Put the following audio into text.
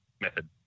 method